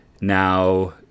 now